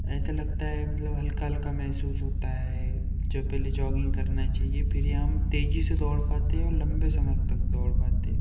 ऐसा लगता है मतलब हल्का हल्का मेहसूस होता है जब पहले जॉगिंग करना चाहिए फिर ही हम तेज़ी से दौड़ पाते और लम्बे समय तक दौड़ पाते हैं